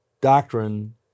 doctrine